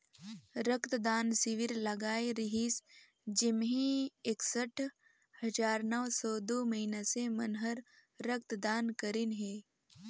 रक्त दान सिविर लगाए रिहिस जेम्हें एकसठ हजार नौ सौ दू मइनसे मन हर रक्त दान करीन हे